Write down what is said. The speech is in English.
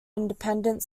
independent